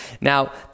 Now